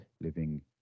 living